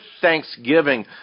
thanksgiving